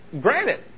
Granted